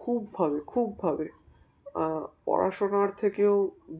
খুবভাবে খুবভাবে পড়াশোনার থেকেও